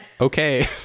Okay